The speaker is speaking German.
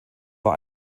war